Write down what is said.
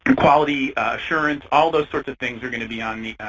quality assurance, all those sorts of things are going to be um